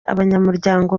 abanyamuryango